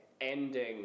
ending